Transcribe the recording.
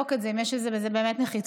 לבדוק את זה, אם יש בזה באמת נחיצות.